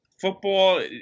football